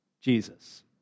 Jesus